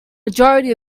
majority